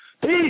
Peace